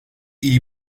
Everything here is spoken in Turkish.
iyi